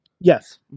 yes